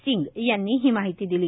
सिंग यांनी ही माहिती दिली